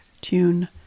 tune